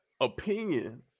opinion